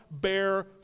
bear